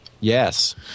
Yes